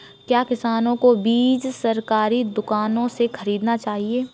क्या किसानों को बीज सरकारी दुकानों से खरीदना चाहिए?